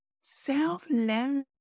self-love